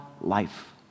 life